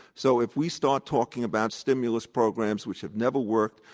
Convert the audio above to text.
so if we start talking about stimulus programs which have never worked,